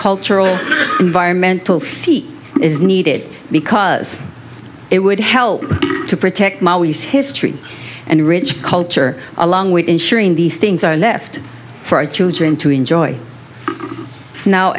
cultural environmental seat is needed because it would help to protect my always history and rich culture along with ensuring these things are left for our children to enjoy now